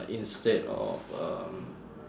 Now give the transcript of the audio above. instead of um